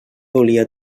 volia